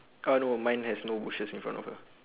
uh no mine has no bushes in front of her